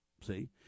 See